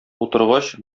утыргач